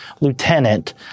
Lieutenant